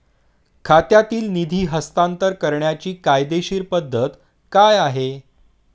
खात्यातील निधी हस्तांतर करण्याची कायदेशीर पद्धत काय आहे?